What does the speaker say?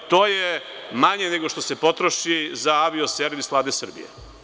To je manje nego što se potroši za avio servis Vlade Srbije.